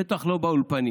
בטח לא באולפנים.